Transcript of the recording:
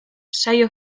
saio